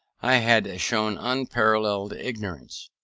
i had shown unparalleled ignorance.